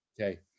okay